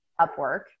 Upwork